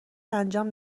انجام